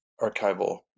archival